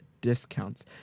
discounts